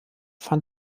fand